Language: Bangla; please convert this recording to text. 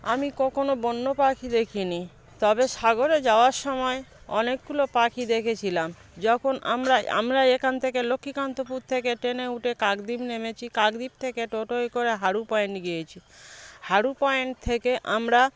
আমি কখনো বন্য পাখি দেখিনি তবে সাগরে যাওয়ার সময় অনেকগুলো পাখি দেখেছিলাম যখন আমরা আমরা এখান থেকে লক্ষ্মীকান্তপুর থেকে ট্রেনে উঠে কাকদ্বীপ নেমেছি কাকদ্বীপ থেকে টোটোয় করে হারু পয়েন্ট গিয়েছি হারু পয়েন্ট থেকে আমরা